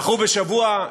דחו בשבוע,